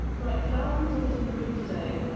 like thousands of us in britain today,